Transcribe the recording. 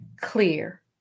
clear